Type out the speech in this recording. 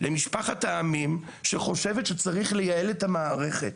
למשפחת העמים שחושבים שצריך לייעל את המערכת.